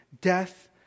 death